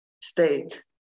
state